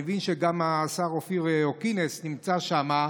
אני מבין שגם השר אופיר אקוניס נמצא שם,